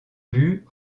but